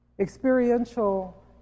Experiential